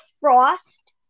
Frost